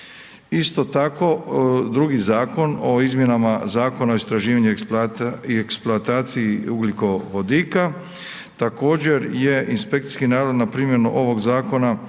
Isto tako, drugi zakon o izmjenama Zakona o istraživanju i eksploataciji ugljikovodika također je inspekcijski nadzor nad primjenu ovog zakona